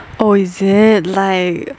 oh is it like